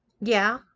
Yeah